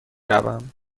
روم